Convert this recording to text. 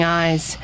eyes